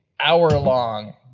hour-long